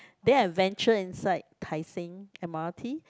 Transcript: then I adventure inside tai seng m_r_t